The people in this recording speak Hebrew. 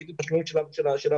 דחיתם תשלומים של המשרדים,